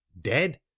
Dead